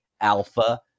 alpha